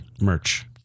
merch